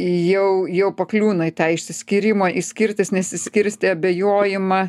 jau jau pakliūna į tą išsiskyrimo į skirstis nesiskirsti abejojimą